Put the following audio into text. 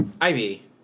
Ivy